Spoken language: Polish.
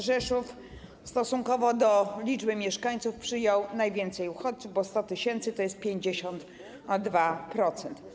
Rzeszów stosunkowo do liczby mieszkańców przyjął najwięcej uchodźców, bo 100 tys., tj. 52%.